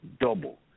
double